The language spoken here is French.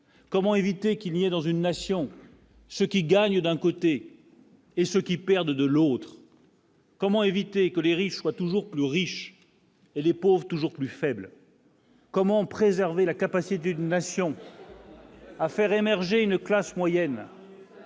comment éviter qu'il n'y a, dans une nation ce qui gagne d'un côté. Et ceux qui perdent de l'autre. Comment éviter que les riches soient toujours plus riches et les pauvres toujours plus faible. Comment préserver la capacité d'une nation. à faire émerger une classe moyenne